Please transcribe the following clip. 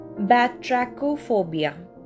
Batrachophobia